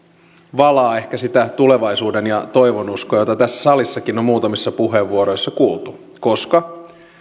valaa ehkä sitä tulevaisuuden ja toivonuskoa jota tässä salissakin on muutamissa puheenvuoroissa kuultu koska